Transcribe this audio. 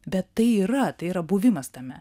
bet tai yra tai yra buvimas tame